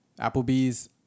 Applebee's